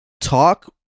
talk